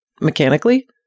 mechanically